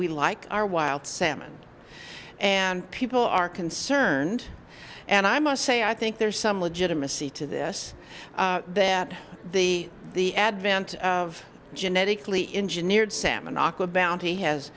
we like our wild salmon and people are concerned and i must say i think there is some legitimacy to this that the the advent of genetically engineered salmon aqua bounty has